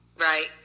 Right